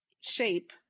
shape